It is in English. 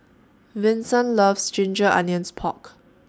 Vinson loves Ginger Onions Pork